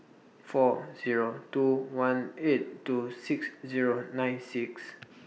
four Zero two one eight two six Zero nine six